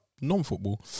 Non-football